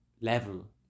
level